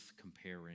comparing